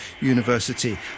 University